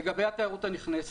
לגבי התיירות הנכנסת,